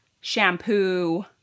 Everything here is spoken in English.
shampoo